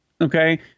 Okay